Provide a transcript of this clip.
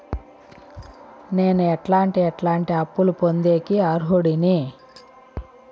నేను ఎట్లాంటి ఎట్లాంటి అప్పులు పొందేకి అర్హుడిని?